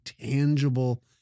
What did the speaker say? tangible